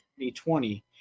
2020